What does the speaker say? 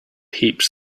heaps